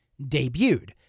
debuted